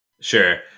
Sure